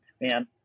Man